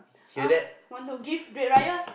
ah want to give red raya